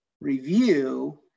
review